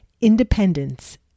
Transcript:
Independence